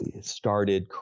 started